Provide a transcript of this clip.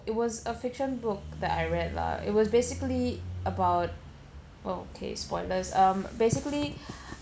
it was a fiction book that I read lah it was basically about okay spoilers um basically